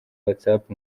whatsapp